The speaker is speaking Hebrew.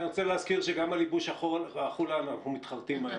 אני רוצה להזכיר שגם על ייבוש החולה אנחנו מתחרטים היום.